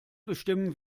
bestimmen